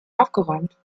aufgeräumt